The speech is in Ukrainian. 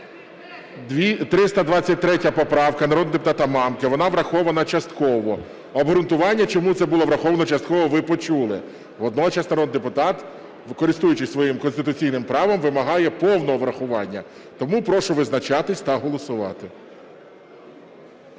323 поправка народного депутата Мамки, вона врахована частково. Обґрунтування, чому це було враховано частково, ви почули. Водночас народний депутат, користуючись своїм конституційним правом, вимагає повного врахування. Тому прошу визначатись та голосувати.